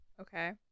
Okay